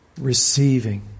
receiving